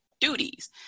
duties